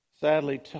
Sadly